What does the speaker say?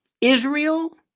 israel